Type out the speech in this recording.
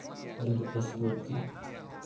ᱡᱟᱦᱟᱸᱞᱮᱠᱟ ᱯᱷᱮᱥᱵᱩᱠ